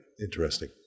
interesting